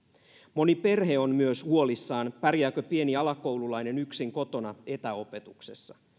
moni perhe on myös huolissaan pärjääkö pieni alakoululainen yksin kotona etäopetuksessa